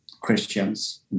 Christians